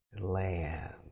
land